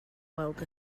weld